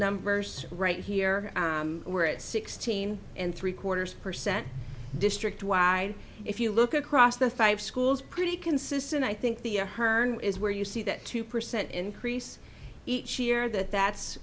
numbers right here we're at sixteen and three quarters percent district wide if you look across the five schools pretty consistent i think the herne is where you see that two percent increase each year that